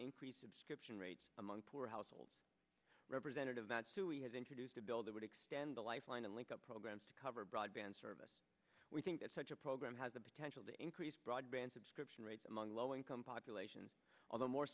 increase subscription rates among poor households representative matt sui has introduced a bill that would extend the life line and link up programs to cover broadband service we think that such a program has the potential to increase broadband subscription rates among low income populations although more